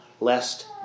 lest